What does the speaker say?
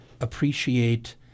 appreciate